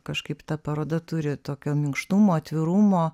kažkaip ta paroda turi tokio minkštumo atvirumo